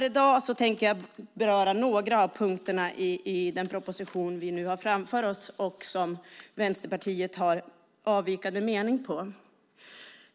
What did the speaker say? I dag tänker jag beröra några punkter i den proposition vi har framför oss där Vänsterpartiet har avvikande mening.